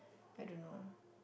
I don't know